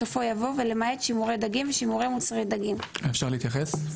בסופו יבוא "ולמעט שימורי דגים ושימורי מוצרי דגים"; אפשר להתייחס?